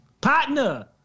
partner